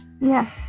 yes